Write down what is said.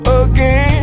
again